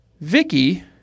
Vicky